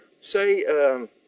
say